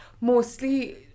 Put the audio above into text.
mostly